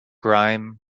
grime